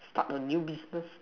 start a new business